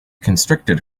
constricted